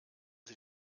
sie